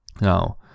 Now